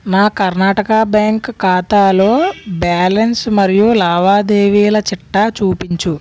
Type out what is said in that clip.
నా కర్ణాటక బ్యాంక్ ఖాతాలో బ్యాలన్స్ మరియు లావాదేవీల చిట్టా చూపించు